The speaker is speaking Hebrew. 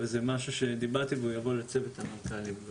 אבל יש משהו שיבוא לצוות המנכ"לים,